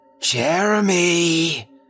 Jeremy